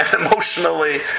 emotionally